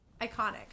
iconic